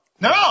No